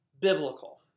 biblical